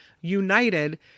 united